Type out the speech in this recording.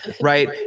Right